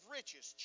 riches